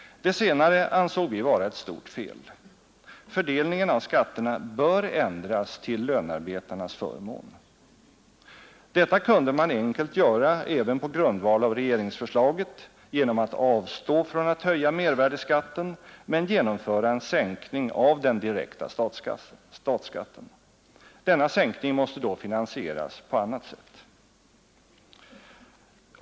Detta senare ansåg vi vara ett stort fel. Fördelningen av skatterna bör ändras till lönarbetarnas förmån. Detta kunde man enkelt göra även på grundval av regeringsförslaget genom att avstå från att höja mervärdeskatten men genomföra en sänkning av den direkta statsskatten. Denna sänkning måste då finansieras på annat sätt.